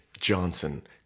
Johnson